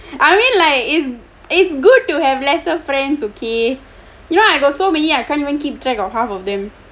I mean like is it's good to have lesser friends ok you know I got so many I can't even keep track of half of them